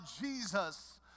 Jesus